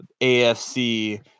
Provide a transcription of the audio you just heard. AFC